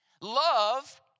Love